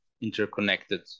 interconnected